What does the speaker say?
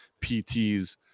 PTs